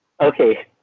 Okay